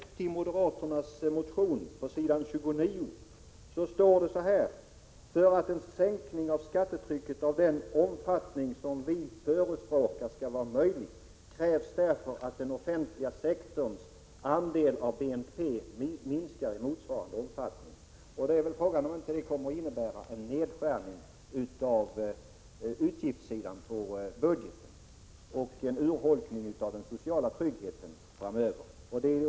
I moderaternas partimotion står så här: ”För att en sänkning av skattetrycket av den omfattning som vi förespråkar skall vara möjlig krävs därför att den offentliga sektorns andel av BNP minskar i motsvarande omfattning.” Frågan är om inte detta kommer att innebära en nedskärning av utgiftssidan på budgeten och en urholkning av den sociala tryggheten framöver.